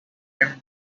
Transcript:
and